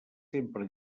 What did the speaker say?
sempre